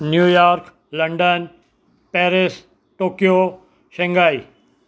New York London Paris Tokyo Shanghai